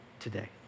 Today